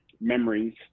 memories